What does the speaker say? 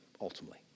ultimately